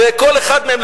לכל אחד מהם.